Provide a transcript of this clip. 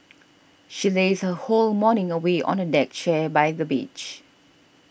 she lazed her whole morning away on a deck chair by the beach